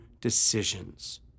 decisions